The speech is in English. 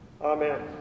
Amen